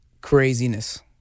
craziness